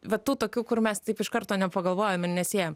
va tų tokių kur mes taip iš karto nepagalvojam ir nesiejam